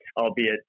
albeit